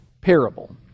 parable